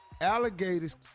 alligators